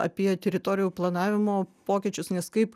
apie teritorijų planavimo pokyčius nes kaip